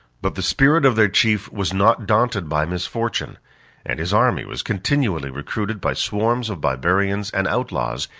but the spirit of their chief was not daunted by misfortune and his army was continually recruited by swarms of barbarians and outlaws,